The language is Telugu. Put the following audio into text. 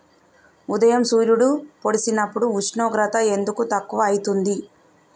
ఉదయం సూర్యుడు పొడిసినప్పుడు ఉష్ణోగ్రత ఎందుకు తక్కువ ఐతుంది?